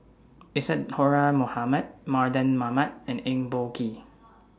Isadhora Mohamed Mardan Mamat and Eng Boh Kee